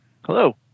Hello